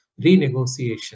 renegotiation